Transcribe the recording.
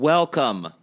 Welcome